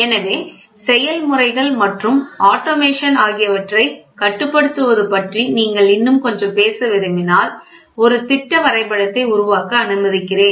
எனவே செயல்முறைகள் மற்றும் ஆட்டோமேஷன் ஆகியவற்றைக் கட்டுப்படுத்துவது பற்றி நீங்கள் இன்னும் கொஞ்சம் பேச விரும்பினால் ஒரு திட்ட வரைபடத்தை உருவாக்க அனுமதிக்கிறேன்